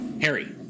Harry